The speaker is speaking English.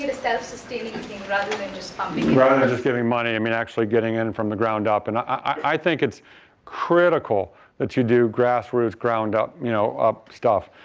and self-sustaining thing rather than just pumping. rather than just giving money, i mean, actually getting in from the ground up. and i think it's critical that you do grass roots ground up you know up stuff.